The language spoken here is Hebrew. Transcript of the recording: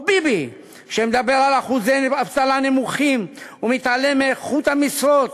או ביבי שמדבר על אחוזי אבטלה נמוכים ומתעלם מאיכות המשרות,